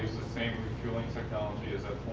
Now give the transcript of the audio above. same refueling technology as